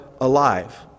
alive